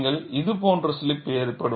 நீங்கள் இது போன்ற ஸ்லிப் ஏற்படும்